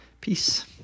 peace